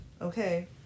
Okay